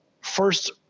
first